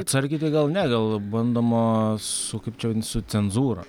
atsargiai tai gal ne gal bandoma su kaip čia vadinas su cenzūra